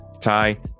Ty